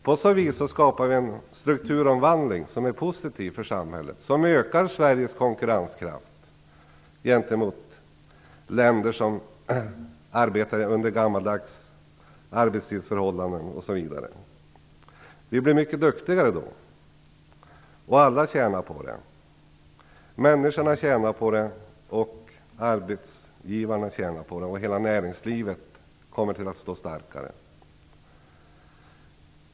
På så vis skapar vi en strukturomvandling som är positiv för samhället och som ökar Sveriges konkurrenskraft gentemot länder som arbetar under gammaldags arbetstidsförhållanden osv. Vi blir mycket duktigare, och alla tjänar på det. Människorna tjänar på det, och arbetsgivarna tjänar på det. Hela näringslivet kommer att stå starkare.